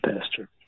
pastor